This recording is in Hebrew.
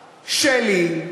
שלי,